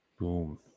Boom